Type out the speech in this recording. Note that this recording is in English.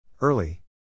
Early